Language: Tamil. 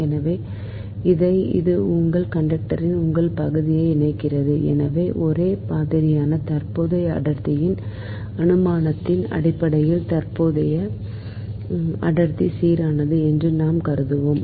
எனவே இது உங்கள் கண்டக்டரின் உங்கள் பகுதியையே இணைக்கிறது எனவே ஒரே மாதிரியான தற்போதைய அடர்த்தியின் அனுமானத்தின் அடிப்படையில் தற்போதைய அடர்த்தி சீரானது என்று நாம் கருதுகிறோம்